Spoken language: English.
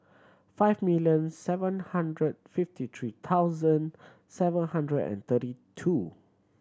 five million seven hundred fifty three thousand seven hundred and thirty two